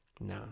No